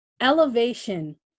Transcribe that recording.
elevation